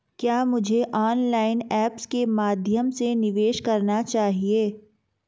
क्या मुझे online apps के माध्यम से निवेश करना चाहिए?